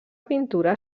pintura